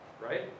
Right